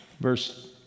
verse